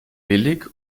billig